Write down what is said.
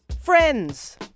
Friends